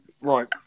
Right